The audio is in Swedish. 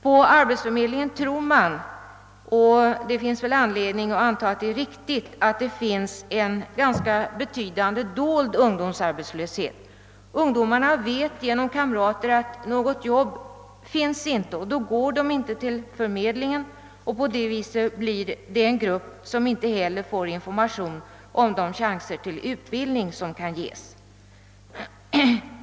På arbetsförmedlingen tror man — och det finns anledning anta att det är riktigt — att det finns en ganska betydande dold ungdomsarbetslöshet. Ungdomarna vet genom kamrater att det inte finns något jobb, och då går de inte till förmedlingen. På så sätt uppstår en grupp som inte heller får information om de chanser till utbildning som kan finnas.